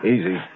Easy